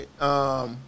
right